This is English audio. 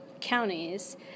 counties